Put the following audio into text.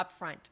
upfront